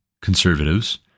conservatives